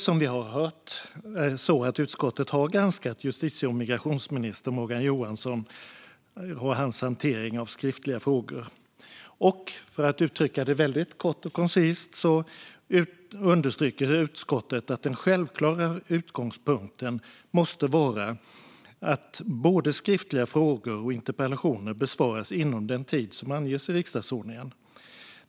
Som vi har hört har utskottet granskat justitie och migrationsminister Morgan Johansson och hans hantering av skriftliga frågor. För att uttrycka det kort och koncist understryker utskottet att den självklara utgångspunkten måste vara att både skriftliga frågor och interpellationer besvaras inom den tid som anges i riksdagsordningen.